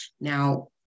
Now